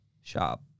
shop